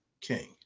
King